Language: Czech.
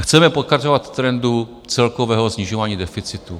Chceme pokračovat v trendu celkového snižování deficitu.